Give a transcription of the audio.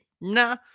nah